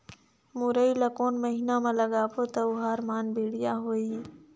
मुरई ला कोन महीना मा लगाबो ता ओहार मान बेडिया होही?